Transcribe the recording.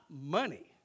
money